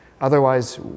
Otherwise